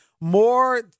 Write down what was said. More